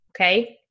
okay